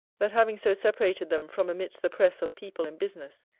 that having so separated them from amidst the press of people and business,